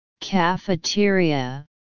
cafeteria